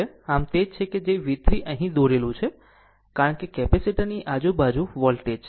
આમ આ તે જ છે જે V 3 અહીં દોરેલું છે કારણ કે કેપેસિટર ની આજુબાજુ વોલ્ટેજ છે